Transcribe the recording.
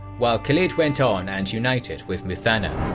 while khalid went on and united with muthanna.